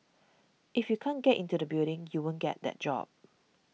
if you can't get into the building you won't get that job